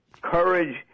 courage